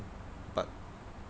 but